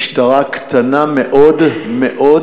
משטרה קטנה מאוד מאוד,